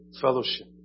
fellowship